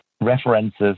references